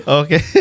okay